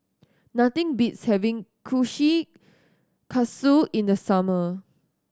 nothing beats having Kushikatsu in the summer